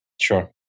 Sure